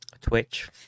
Twitch